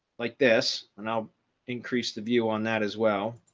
like this, and i'll increase the view on that as well.